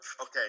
Okay